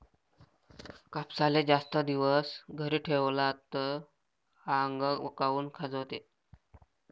कापसाले जास्त दिवस घरी ठेवला त आंग काऊन खाजवते?